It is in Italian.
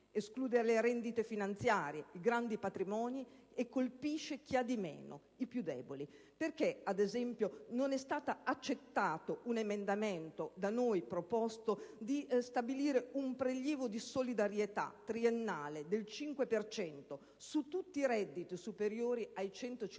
Esclude le rendite finanziarie e i grandi patrimoni e colpisce chi ha di meno, i più deboli. Perché, ad esempio, non è stato accettato un emendamento, da noi proposto, che prevedeva di stabilire un prelievo di solidarietà triennale del 5 per cento su tutti i redditi superiori ai 150.000